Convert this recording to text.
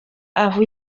aho